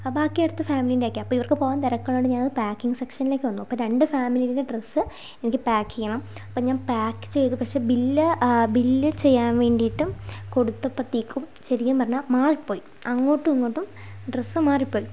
ആ ബാക്കി അടുത്ത ഫാമിലീൻ്റെ ആക്കി അപ്പോൾ ഇവർക്ക് പോവാൻ തിരക്കുള്ളതുകൊണ്ട് ഞാൻ അത് പാക്കിങ്ങ് സെക്ഷനിലേക്ക് വന്നു അപ്പോൾ രണ്ട് ഫാമിലീൻ്റെ ഡ്രസ്സ് എനിക്ക് പാക്ക് ചെയ്യണം അപ്പം ഞാൻ പാക്ക് ചെയ്തു പക്ഷെ ബില്ല് ബില്ല് ചെയ്യാൻ വേണ്ടിയിട്ടും കൊടുത്തപ്പോഴത്തേക്കും ശരിക്കും പറഞ്ഞാൽ മാറിപ്പോയി അങ്ങോട്ടും ഇങ്ങോട്ടും ഡ്രസ്സ് മാറിപ്പോയി